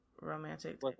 romantic